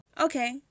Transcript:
Okay